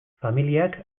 familiak